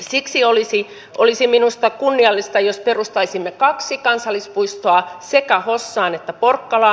siksi olisi minusta kunniallista jos perustaisimme kaksi kansallispuistoa sekä hossaan että porkkalaan